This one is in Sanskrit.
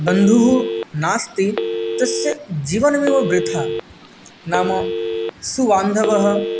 बन्धुः नास्ति तस्य जीवनमेव वृथा नाम सुबान्धवः